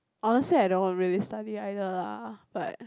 honestly I don't really study either lah but